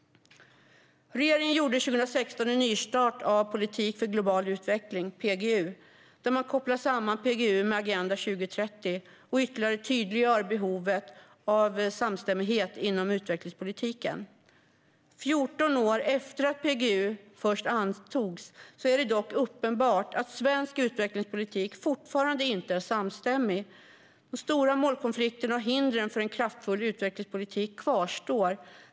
Regeringen gjorde 2016 en nystart av politiken för global utveckling, PGU. Man kopplade samman PGU med Agenda 2030 och tydliggjorde ytterligare behovet av samstämmighet inom utvecklingspolitiken. 14 år efter att PGU först antogs är det dock uppenbart att svensk utvecklingspolitik fortfarande inte är samstämmig. De stora målkonflikterna och hindren för en kraftfull utvecklingspolitik kvarstår.